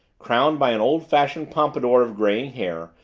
crowned by an old-fashioned pompadour of graying hair,